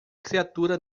criatura